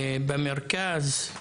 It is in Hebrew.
במרכז.